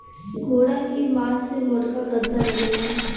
घोड़ा के मास से मोटका गद्दा बनेला